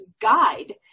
Guide